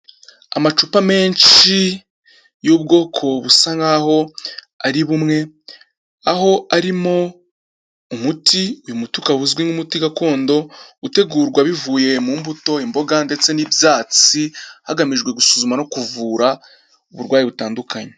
Amacupa menshi y'ubwoko busa nkaho ari bumwe aho arimo umuti uyu muti ukaba uzwi nk'umuti gakondo utegurwa bivuye mu mbuto imboga ndetse n'ibyatsi hagamijwe gusuzuma no kuvura uburwayi butandukanye.